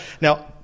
now